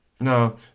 No